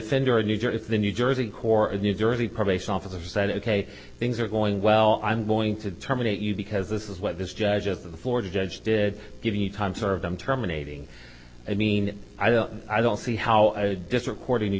defender in new jersey the new jersey kora new jersey probation officer said ok things are going well i'm going to terminate you because this is what this judge of the florida judge did give me time serve them terminating i mean i don't i don't see how a district